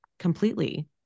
completely